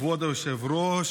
כבוד היושב-ראש,